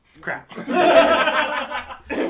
Crap